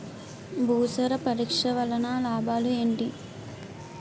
భూసార పరీక్ష వలన లాభాలు ఏంటి?